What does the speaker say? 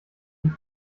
die